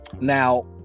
now